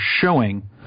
showing